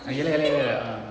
ah ye lah ye lah ye lah